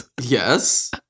Yes